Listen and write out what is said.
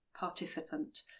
participant